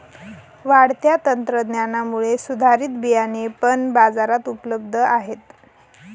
वाढत्या तंत्रज्ञानामुळे सुधारित बियाणे पण बाजारात उपलब्ध आहेत